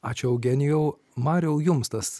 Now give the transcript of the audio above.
ačiū eugenijau mariau jums tas